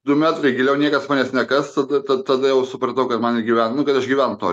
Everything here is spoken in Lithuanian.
du metrai giliau niekas manęs ne kas tada jau supratau kaip man išgyvent nu kad aš gyvent noriu